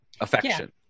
affection